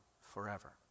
forever